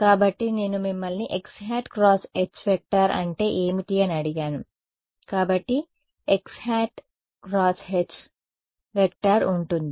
కాబట్టి నేను మిమ్మల్ని xˆ × H అంటే ఏమిటి అని అడిగాను కాబట్టి xˆ × H ఉంటుంది